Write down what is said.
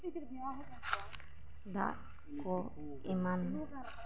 ᱫᱟᱜ ᱠᱚ ᱮᱢᱟᱱ